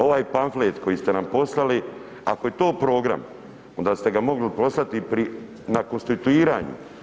Ovaj pamflet koji ste nam poslali ako je to program, onda ste ga mogli poslati i na konstituiranju.